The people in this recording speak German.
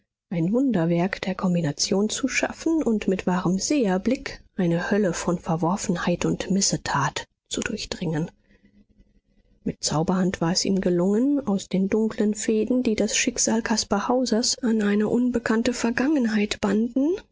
ein wunderwerk der kombination zu schaffen und mit wahrem seherblick eine hölle von verworfenheit und missetat zu durchdringen mit zaubrerhand war es ihm gelungen aus den dunkeln fäden die das schicksal caspar hausers an eine unbekannte vergangenheit banden